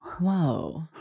Whoa